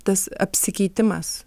tas apsikeitimas